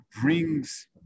brings